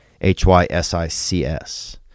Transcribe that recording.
h-y-s-i-c-s